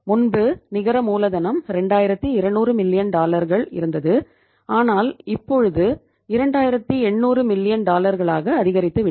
முன்பு நிகர மூலதனம் 2200 மில்லியன் அதிகரித்துவிட்டது